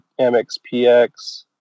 MXPX